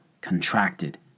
contracted